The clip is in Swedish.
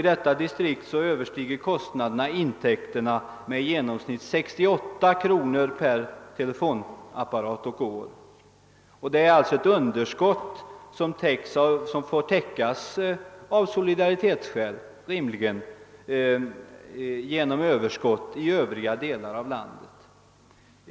I detta distrikt överstiger kostnaderna intäkterna med i genomsnitt 68 kr. per telefonapparat och år. Det är alltså ett underskott som av solidaritetsskäl får täckas genom överskott i övriga delar av landet.